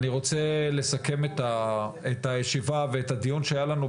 אני רוצה לסכם את הישיבה ואת הדיון שהיה לנו,